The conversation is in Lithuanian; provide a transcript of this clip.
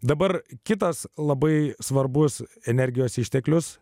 dabar kitas labai svarbus energijos išteklius